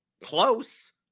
close